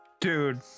dude